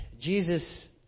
Jesus